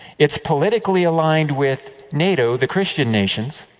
it is politically aligned with nato, the christian nations.